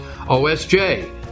OSJ